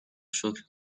شکر